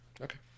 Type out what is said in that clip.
Okay